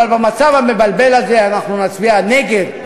אבל במצב המבלבל הזה אנחנו נצביע נגד,